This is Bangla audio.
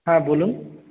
হ্যাঁ বলুন